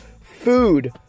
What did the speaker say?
Food